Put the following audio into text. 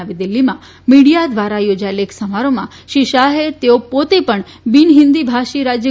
નવી દિલ્ફીમાં મીડિયા દ્વારા ચોજાયેલા એક સમારોહમાં શ્રી શાહે તેઓ પોતે પણ બિન હિંદી ભાષી રાજ્ય